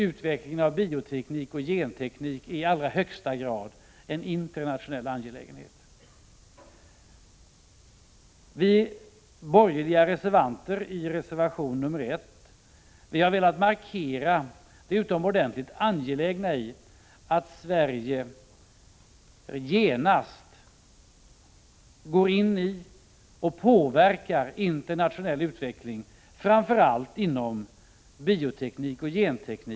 Utvecklingen av bioteknik och genteknik är i allra högsta grad en internationell angelägenhet. Vi borgerliga reservanter har velat markera det utomordentligt angelägna i att Sverige genast går in i och påverkar internationall utveckling, framför allt inom bioteknik och genteknik.